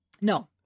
no